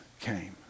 came